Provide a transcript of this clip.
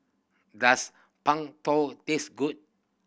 does Png Tao taste good